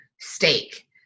steak